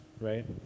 right